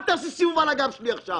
אל תעשי סיבוב על הגב שלי עכשיו.